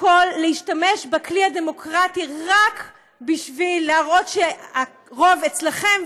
להשתמש בכלי הדמוקרטי רק בשביל להראות שהרוב אצלכם,